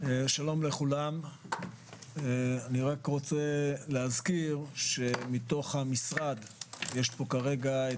שלום לכולם, אני רוצה להזכיר שמתוך המשרד נמצאים